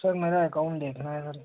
sir मेरा account देखना है सर